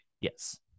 yes